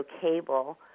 cable